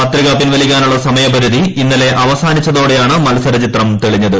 പത്രിക പിൻവലിക്കാനുള്ള സമയപരിധി ഇന്നലെ അവസാനിച്ചതോടെയാണ് മത്സരചിത്രം തെളിഞ്ഞത്